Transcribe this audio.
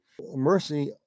mercy